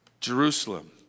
Jerusalem